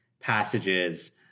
passages